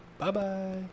Bye-bye